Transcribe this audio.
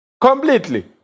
completely